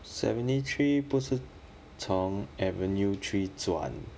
seventy three 不是从 avenue three 转